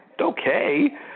okay